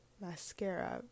mascara